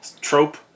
trope